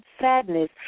sadness